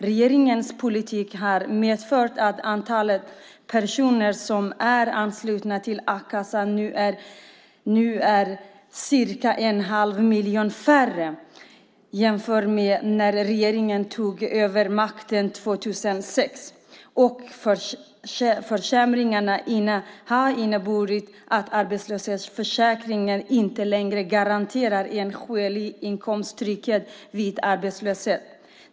Regeringens politik har medfört att antalet personer som är anslutna till a-kassan nu är cirka en halv miljon färre jämfört med när regeringen tog över makten 2006. Försämringarna har inneburit att arbetslöshetsförsäkringen inte längre garanterar en skälig inkomsttrygghet vid arbetslöshet.